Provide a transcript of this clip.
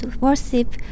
worship